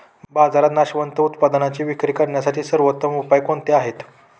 बाजारात नाशवंत उत्पादनांची विक्री करण्यासाठी सर्वोत्तम उपाय कोणते आहेत?